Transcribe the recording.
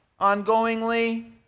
ongoingly